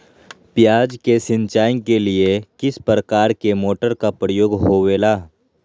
प्याज के सिंचाई के लिए किस प्रकार के मोटर का प्रयोग होवेला?